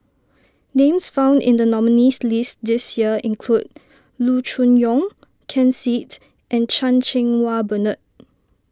names found in the nominees' list this year include Loo Choon Yong Ken Seet and Chan Cheng Wah Bernard